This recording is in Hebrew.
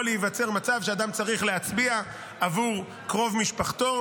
יכול להיווצר מצב שאדם צריך להצביע עבור קרוב משפחתו,